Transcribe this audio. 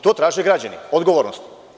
To traže građani, odgovornost.